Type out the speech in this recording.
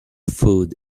food